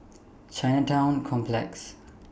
Chinatown Complex